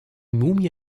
mumie